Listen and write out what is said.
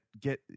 Get